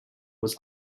was